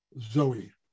zoe